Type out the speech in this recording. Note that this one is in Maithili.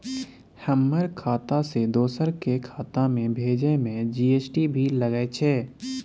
हमर खाता से दोसर के खाता में भेजै में जी.एस.टी भी लगैछे?